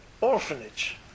orphanage